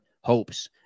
hopes